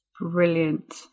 Brilliant